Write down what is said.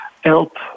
help